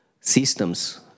systems